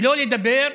שלא לדבר,